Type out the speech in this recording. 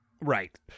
Right